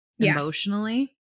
emotionally